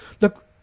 look